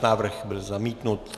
Návrh byl zamítnut.